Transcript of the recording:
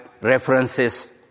references